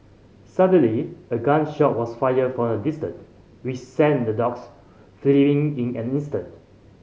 suddenly a gun shot was fired from a distance which sent the dogs fleeing in an instant